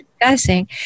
discussing